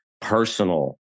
personal